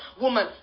woman